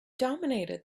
dominated